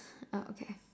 uh okay